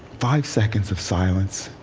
five seconds of silence.